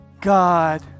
God